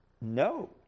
no